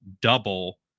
double